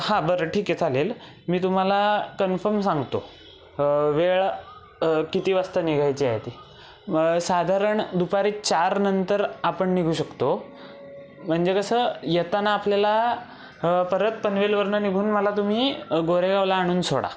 हां बरं ठीक आहे चालेल मी तुम्हाला कन्फम सांगतो वेळ किती वाजता निघायची आहे ती मग साधारण दुपारी चारनंतर आपण निघू शकतो म्हणजे कसं येताना आपल्याला परत पनवेलवरून निघून मला तुम्ही गोरेगावला आणून सोडा